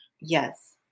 Yes